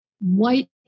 white